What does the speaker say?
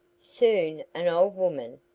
soon an old woman,